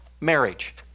marriage